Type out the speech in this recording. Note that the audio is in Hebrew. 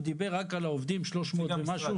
הוא דיבר רק על העובדים 300 ומשהו.